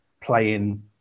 playing